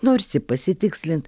norisi pasitikslint